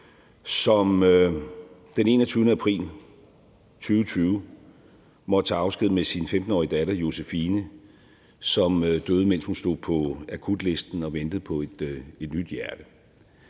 som den 21. april 2020 måtte tage afsked med sin 15-årige datter, Josephine, som døde, mens hun stod på akutlisten og ventede på et nyt hjerte.